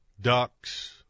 ducks